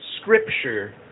Scripture